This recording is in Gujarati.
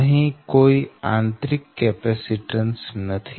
અહી કોઈ આંતરિક કેપેસીટન્સ નથી